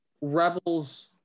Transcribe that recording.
Rebels